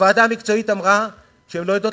הוועדה המקצועית אמרה שהן לא יודעות